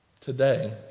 today